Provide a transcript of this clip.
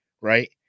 right